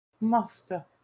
Master